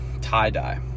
tie-dye